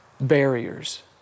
barriers